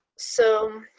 so,